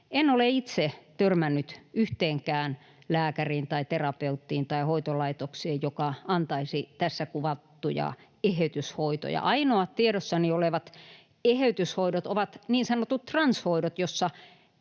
En ole itse törmännyt yhteenkään lääkäriin tai terapeuttiin tai hoitolaitokseen, joka antaisi tässä kuvattuja eheytyshoitoja. Ainoat tiedossani olevat eheytyshoidot ovat niin sanotut transhoidot,